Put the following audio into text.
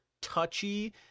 touchy